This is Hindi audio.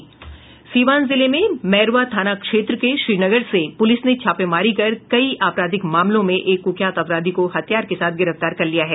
सीवान जिले में मैरवा थाना क्षेत्र के श्रीनगर से पुलिस ने छापेमारी कर कई आपराधिक मामलों में एक कुख्यात अपराधी को हथियार के साथ गिरफ्तार कर लिया है